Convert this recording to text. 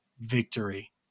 victory